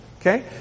okay